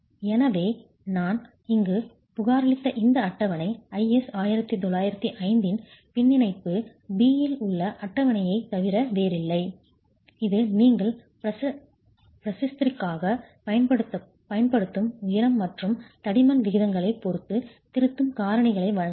எனவே நான் இங்கு புகாரளித்த இந்த அட்டவணை IS 1905 இன் பின்னிணைப்பு B இல் உள்ள அட்டவணையைத் தவிர வேறில்லை இது நீங்கள் ப்ரிஸத்திற்காகப் பயன்படுத்தும் உயரம் மற்றும் தடிமன் விகிதங்களைப் பொறுத்து திருத்தும் காரணிகளை வழங்குகிறது